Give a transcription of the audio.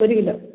kilo